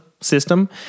system